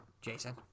Jason